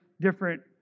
different